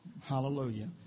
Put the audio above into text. Hallelujah